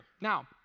now